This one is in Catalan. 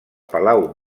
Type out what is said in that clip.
palau